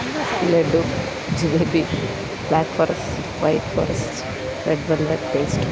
laddu jalebi black forest white forest red velvet pastry